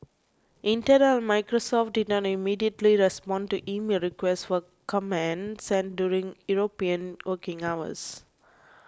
Intel and Microsoft did not immediately respond to emailed requests for comment sent during European working hours